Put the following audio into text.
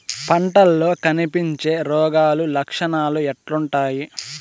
పంటల్లో కనిపించే రోగాలు లక్షణాలు ఎట్లుంటాయి?